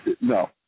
No